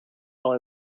all